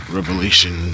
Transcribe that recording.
Revelation